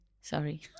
Sorry